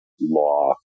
law